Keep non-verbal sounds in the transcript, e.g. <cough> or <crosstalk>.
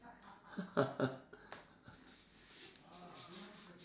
<laughs>